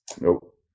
Nope